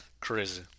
Crazy